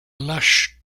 lush